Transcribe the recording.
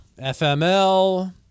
FML